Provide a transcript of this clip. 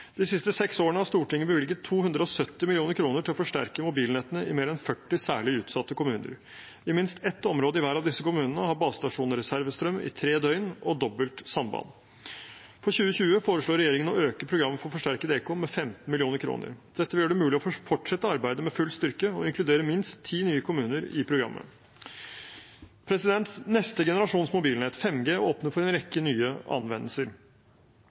De siste seks årene har Stortinget bevilget 270 mill. kr til å forsterke mobilnettene i mer enn 40 særlig utsatte kommuner. I minst ett område i hver av disse kommunene har basestasjoner reservestrøm i tre døgn og dobbelt samband. For 2020 foreslår regjeringen å øke programmet for forsterket ekom med 15 mill. kr. Dette vil gjøre det mulig å fortsette arbeidet med full styrke og inkludere minst ti nye kommuner i programmet. Neste generasjons mobilnett, 5G, åpner for en rekke nye anvendelser.